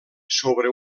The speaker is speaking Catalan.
sobre